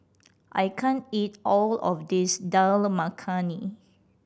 I can't eat all of this Dal Makhani